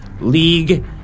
league